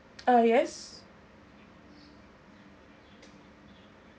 uh yes